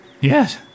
Yes